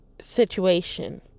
situation